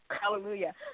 Hallelujah